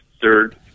third